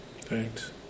Thanks